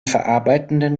verarbeitenden